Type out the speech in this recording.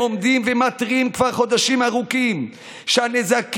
הם עומדים ומתריעים כבר חודשים ארוכים שהנזקים